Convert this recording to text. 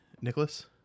Nicholas